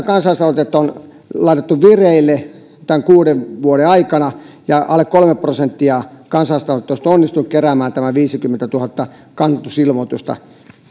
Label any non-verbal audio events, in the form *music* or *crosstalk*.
*unintelligible* kansalaisaloitetta on laitettu vireille tämän kuuden vuoden aikana ja alle kolme prosenttia kansalaisaloitteista on onnistunut keräämään tämän vaadittavan nimimäärän viisikymmentätuhatta kannatusilmoitusta